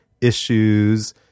issues